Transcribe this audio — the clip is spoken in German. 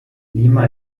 lima